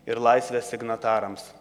ir laisvę signatarams